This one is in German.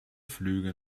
flüge